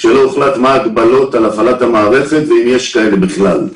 כשלא הוחלט מה ההגבלות על הפעלת המערכת ואם יש כאלה בכלל.